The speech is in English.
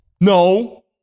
No